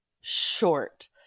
Short